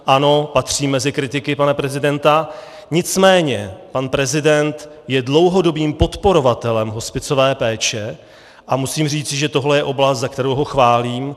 Ano, patřím mezi kritiky pana prezidenta, nicméně pan prezident je dlouhodobým podporovatelem hospicové péče a musím říci, že tohle je oblast, za kterou ho chválím.